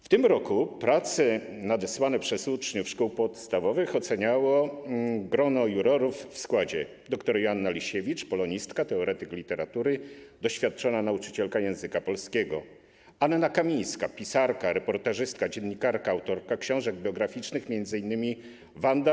W tym roku prace nadesłane przez uczniów szkół ponadpodstawowych oceniało grono jurorów w składzie: dr Joanna Lisiewicz - polonistka, teoretyk literatury, doświadczona nauczycielka języka polskiego, Anna Kamińska - pisarka, reportażystka, dziennikarka, autorka książek biograficznych, m.in. książki ˝Wanda.